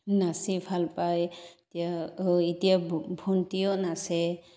নাচি ভাল পায় এতিয়া এতিয়া ভণ্টিও নাচে